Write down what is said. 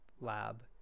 lab